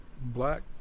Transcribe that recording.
black